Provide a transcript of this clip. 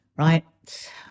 Right